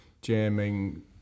Jamming